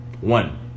One